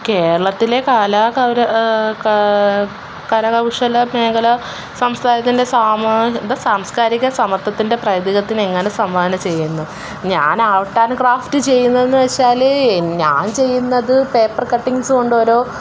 കേരളത്തിലെ കരകൗശല മേഖല സാംസ്കാരത്തിൻ്റെ എന്താണ് സാംസ്കാരിക സമത്വത്തിൻ്റെ പ്രൈതൃകത്തിനെങ്ങനെ സംഭാവന ചെയ്യുന്നു ഞാനാൾക്കാര് ക്രാഫ്റ്റ് ചെയ്യുന്നതെന്നു വെച്ചാല് ഞാൻ ചെയ്യുന്നത് പേപ്പർ കട്ടിങ്സ് കൊണ്ടോരോ